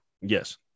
Yes